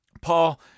Paul